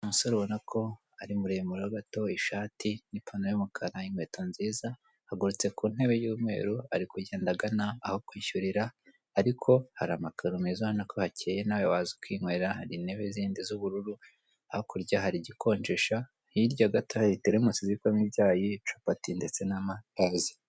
Umusore ubona ko ari muremure ho gato, ishati n'ipantaro y'umukara inkweto nziza, ahagurutse ku ntebe y'umweru ari kugenda agana aho kwishyurira, ariko hari amakaro meza ubona ko hakeye nawe waza ukinywera, hari intebe zindi z'ubururu hakurya, hakurya hari igikonjesha, hirya gato hari teremusi zibikwamo ibyayi capati ndetse n'amandazi.